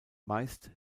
meist